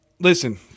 Listen